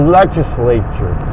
legislature